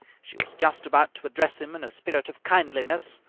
she was just about to address him in a spirit of kindliness,